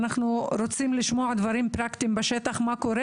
אנחנו רוצים לשמוע את הדברים הפרקטיים של מה קורה